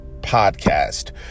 Podcast